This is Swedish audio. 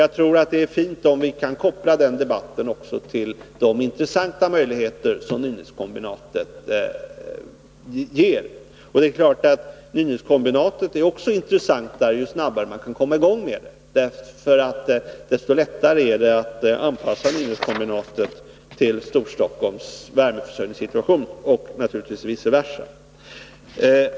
Jag tror att det är fint om vi kan koppla den debatten till de intressanta möjligheter som Nynäskombinatet ger. Det är klart att Nynäskombinatet också är intressantare ju snabbare det kan komma i gång. Ju snabbare det kan komma i gång, desto lättare är det att anpassa det till Storstockholms värmeförsörjningssituation och, naturligtvis, vice versa.